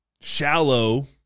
shallow